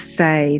say